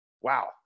wow